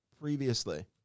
previously